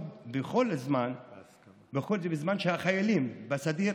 כל זה בזמן שלחיילים בסדיר